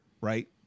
right